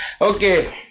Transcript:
Okay